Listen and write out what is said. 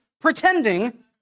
pretending